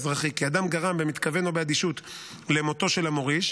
האזרחי כי אדם גרם במתכוון או באדישות למותו של המוריש,